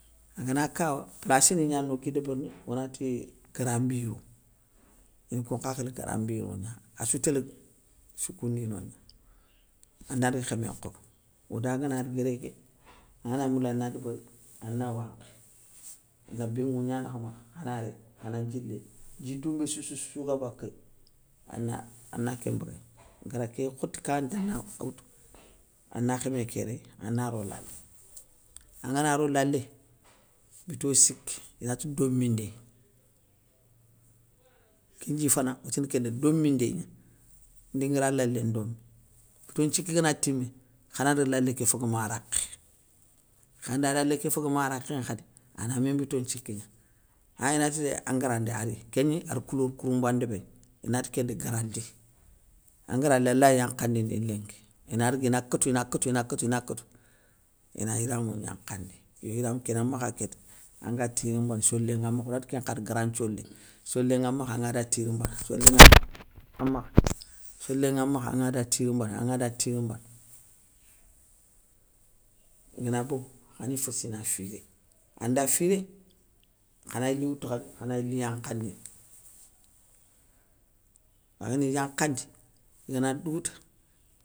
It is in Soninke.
Agana kawa bassi ni gnani ogui débérini, onati garanmbirou, ini koun nkha khili granmbiyou gna asoutélé soukoundi nogna, anadaga khémé nkhobo, oda gana ri gré ké, angana gni moula na débéri, ana wankhi, na bénŋou gnani khamakha khana réy khana dji léy, dji doumbé soussoussou ga bakéy. ana ana kén nbéguéy gara ké khote kawanté ana awoutou. ana khémé ké réy, anaro lalé. Angana ro lalé, bito siki, inati domindé, kén ndji fana otini kénda domindé gna, ndi gara laléndone. Bito nthiki gana timé, khana daga lalé ké faga ma rakhé, khanda lalé ké faga ma rakhénŋa khadi. a na mé mbito nthiki gna, aa inati dé angara ndé ari kégni ar koulor kouroumba ndébéri, inati kénda gara nté, angara lé alay yankhandindé lénki, ina raga ina kotou ina kotou ina kotou ina kotou, ina yiramou gnankhandi, yo yiramou kou ina makha kéta, anga tirimbana solé nŋa makha onati kénkha danŋa gara nthiolé, solé nŋa makha anŋa da tirimbana an makha solé nŋa makha anŋa da tirimbana anŋa da tirimbana, igana bogou khani féssi ina firé, anda firé, khana yili woutou khadi khani yili yankhandini, kha gani yankhandi, igana dougouta.